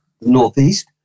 northeast